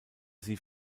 sie